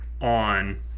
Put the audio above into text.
on